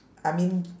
I mean